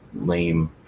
lame